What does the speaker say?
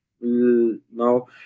now